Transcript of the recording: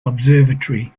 observatory